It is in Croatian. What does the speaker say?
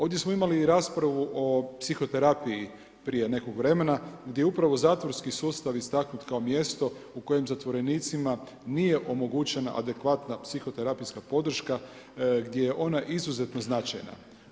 Ovdje smo imali i raspravu o psihoterapiji prije nekog vremena, gdje upravo zatvorski sustav, istaknut kao mjesto u kojim zatvorenicima nije omogućen adekvatna psihoterapijska podrška gdje je ona izuzetno značajna.